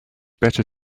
better